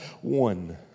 one